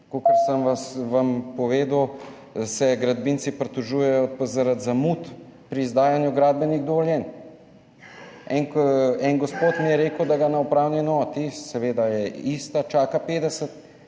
Kakor sem vam povedal, se pa gradbinci pritožujejo zaradi zamud pri izdajanju gradbenih dovoljenj. Neki gospod mi je rekel, da ga na upravni enoti, seveda je ista, čaka 50